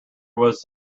was